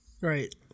Right